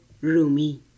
Rumi